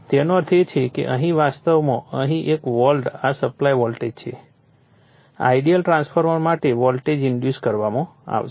તેનો અર્થ એ કે અહીં વાસ્તવમાં અહીં એક વોલ્ટ આ સપ્લાય વોલ્ટેજ છે આઇડીઅલ ટ્રાન્સફોર્મર માટે વોલ્ટેજ ઇન્ડુસ કરવામાં આવશે